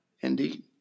Indeed